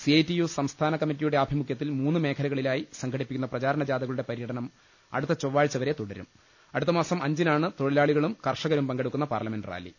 C I T U സംസ്ഥാന കമ്മറ്റിയുടെ ആഭിമുഖ്യത്തിൽ മൂന്ന് മേഖലകളിലായി സംഘടിപ്പിക്കുന്ന പ്രചാരണ ജാഥകളുടെ പര്യടനം അടുത്ത ചൊവാഴ്ച വരെ തുടരും അടുത്ത മാസം അഞ്ചിനാണ് തൊഴിലാളികളും കർഷകരും പങ്കെടു ക്കുന്ന പാർലമെന്റ് റാലി